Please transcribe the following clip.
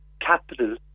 capital